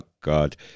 God